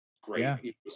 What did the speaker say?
great